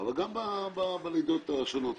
אבל גם בלידות השונות,